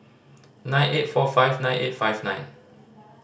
nine eight four five nine eight five nine